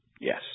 Yes